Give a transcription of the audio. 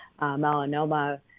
melanoma